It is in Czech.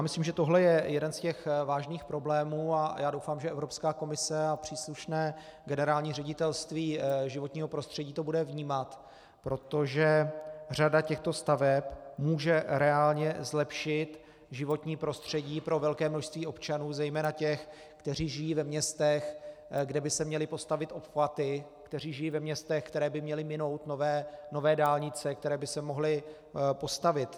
Myslím, že tohle je jeden z těch vážných problémů, a doufám, že Evropská komise a příslušné Generální ředitelství životního prostředí to bude vnímat, protože řada těchto staveb může reálně zlepšit životní prostředí pro velké množství občanů, zejména těch, kteří žijí ve městech, kde by se měly postavit obchvaty, kteří žijí ve městech, která by měly minout nové dálnice, které by se mohly postavit.